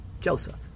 Joseph